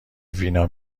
وینا